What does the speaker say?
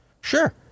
sure